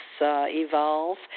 Evolve